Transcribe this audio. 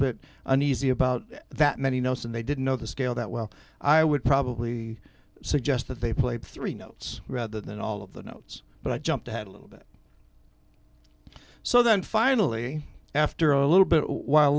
bit uneasy about that many notes and they didn't know the scale that well i would probably suggest that they played three notes rather than all of the notes but i jumped ahead a little bit so then finally after a little bit while